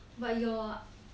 but your